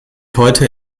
heute